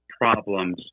problems